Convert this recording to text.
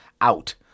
out-